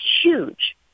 huge